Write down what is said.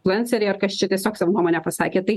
fluenceriai ar kas čia tiesiog savo nuomonę pasakė tai